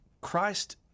Christ